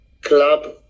Club